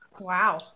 wow